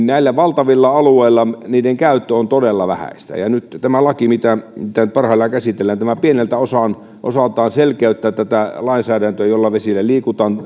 näillä valtavilla alueilla niiden käyttö on todella vähäistä nyt tämä laki mitä parhaillaan käsitellään pieneltä osaltaan selkeyttää tätä lainsäädäntöä siinä kun vesillä liikutaan